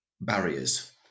barriers